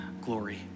glory